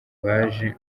baje